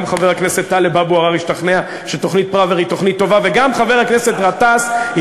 גם חבר הכנסת טלב אבו עראר ישתכנע שתוכנית פראוור היא תוכנית טובה,